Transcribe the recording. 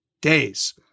days